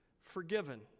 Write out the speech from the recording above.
forgiven